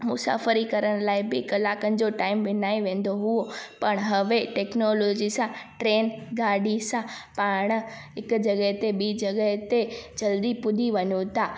मुसाफ़िरी करण लाइ बि कलाकनि जो टाइम विञाए वेंदो हुओ पण हाणे टैक्नोलॉजी सां ट्रेन गाॾी सां पाण हिकु जॻह ते बि जॻह ते जल्दी पुॼी वञो था